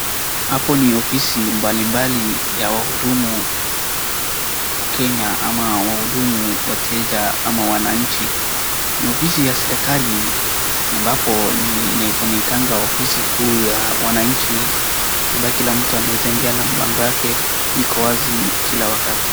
Hapo ni ofisi mbalimbali ya wahudumu kenya, ama wahudumu wa kenya ama wanachi. Ni ofisi ya serikali ambapo wanaitanga ofisi kuu ya wananchi ambaye kila mtu anaweza na mlango yake iko wazi kila wakati.